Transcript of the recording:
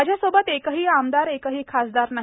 माझ्यासोबत एकही आमदार एकही खासदार नाही